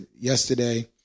yesterday